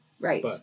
Right